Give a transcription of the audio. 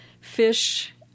Fish